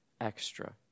extra